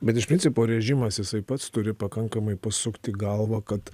bet iš principo režimas jisai pats turi pakankamai pasukti galvą kad